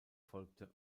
folgte